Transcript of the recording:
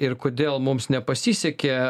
ir kodėl mums nepasisekė